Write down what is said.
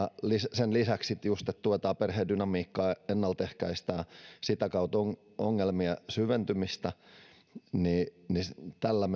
sen lisäksi just että tuetaan perheen dynamiikkaa ja ennaltaehkäistään sitä kautta ongelmien syventymistä tällä